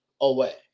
away